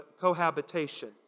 cohabitation